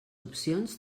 opcions